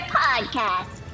podcast